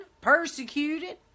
persecuted